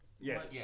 Yes